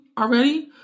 already